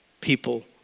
people